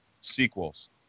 sequels